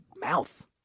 mouth